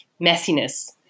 messiness